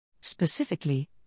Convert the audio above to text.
Specifically